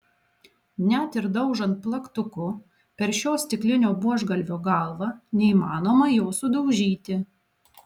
net ir daužant plaktuku per šio stiklinio buožgalvio galvą neįmanoma jo sudaužyti